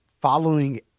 following